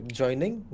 joining